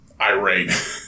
irate